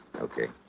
Okay